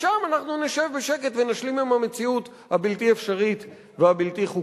ושם אנחנו נשב בשקט ונשלים עם המציאות הבלתי-אפשרית והבלתי-חוקית.